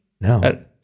No